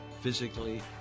physically